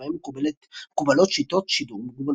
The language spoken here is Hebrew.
בהם מקובלות שיטות שידור מגוונות.